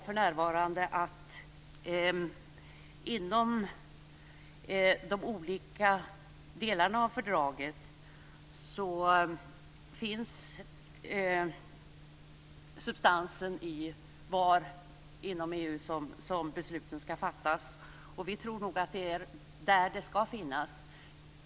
För närvarande finns substansen när det gäller frågan om var inom EU besluten skall fattas i de olika delarna av fördraget. Vi tror nog att det är där som den skall finnas.